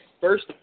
first